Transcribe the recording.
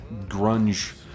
grunge